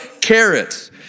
carrots